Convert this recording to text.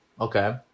Okay